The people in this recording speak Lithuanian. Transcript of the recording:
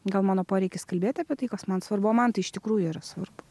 gal mano poreikis kalbėti apie tai kas man svarbu o man tai iš tikrųjų yra svarbu